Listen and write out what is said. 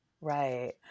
Right